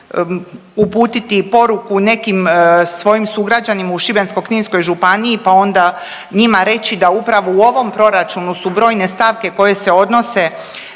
uputiti i poruku nekim svojim sugrađanima u Šibensko-kninskoj županiji pa onda njima reći da upravo u ovom proračunu su brojne stavke koje se odnose